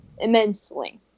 immensely